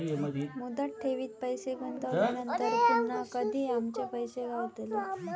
मुदत ठेवीत पैसे गुंतवल्यानंतर पुन्हा कधी आमचे पैसे गावतले?